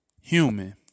human